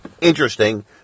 interesting